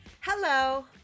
Hello